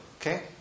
Okay